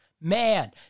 man